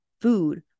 food